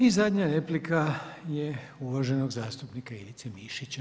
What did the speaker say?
I zadnja replika je uvaženog zastupnika Ivice Mišića.